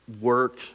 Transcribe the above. work